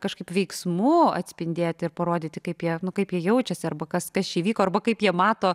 kažkaip veiksmu atspindėti ir parodyti kaip jie nu kaip jie jaučiasi arba kas kas čia vyko arba kaip jie mato